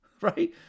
right